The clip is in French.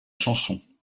chanson